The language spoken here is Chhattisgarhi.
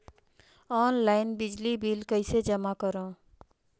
ऑनलाइन बिजली बिल कइसे जमा करव?